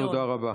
תודה רבה.